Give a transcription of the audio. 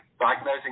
Diagnosing